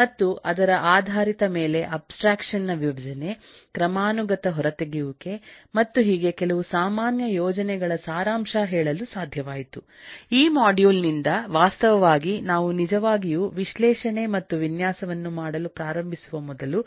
ಮತ್ತು ಅದರ ಆಧಾರಿತದ ಮೇಲೆ ಅಬ್ಸ್ಟ್ರಾಕ್ಷನ್ ನ ವಿಭಜನೆ ಕ್ರಮಾನುಗತ ಹೊರತೆಗೆಯುವಿಕೆ ಮತ್ತು ಹೀಗೆ ಕೆಲವು ಸಾಮಾನ್ಯ ಯೋಜನೆಗಳ ಸಾರಾಂಶ ಹೇಳಲು ಸಾಧ್ಯವಾಯಿತು ಈ ಮಾಡ್ಯೂಲ್ ನಿಂದ ವಾಸ್ತವವಾಗಿ ನಾವು ನಿಜವಾಗಿಯೂವಿಶ್ಲೇಷಣೆ ಮತ್ತು ವಿನ್ಯಾಸವನ್ನು ಮಾಡಲುಪ್ರಾರಂಭಿಸುವ ಮೊದಲು